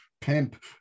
pimp